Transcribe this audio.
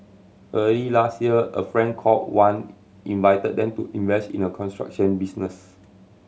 early last year a friend called Wan invited them to invest in a construction business